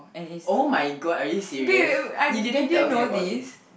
oh-my-god are you serious you didn't tell me about this